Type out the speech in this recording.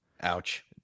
Ouch